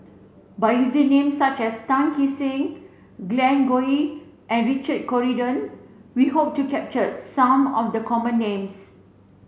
by using name such as Tan Kee Sek Glen Goei and Richard Corridon we hope to capture some of the common names